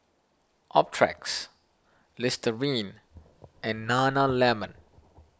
Optrex Listerine and Nana Lemon